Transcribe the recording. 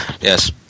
Yes